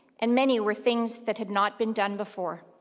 and many were things that had not been done before.